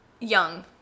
Young